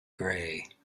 grey